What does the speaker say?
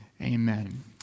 Amen